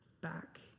back